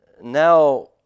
Now